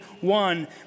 one